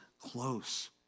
close